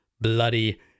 bloody